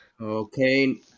Okay